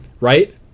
Right